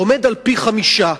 הוא פי-חמישה,